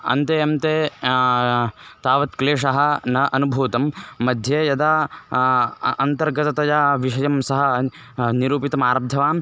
अन्ते अन्ते तावत् क्लेशः न अनुभूतं मध्ये यदा अन्तर्गततया विषयं सः निरूपितम् आरब्धवान्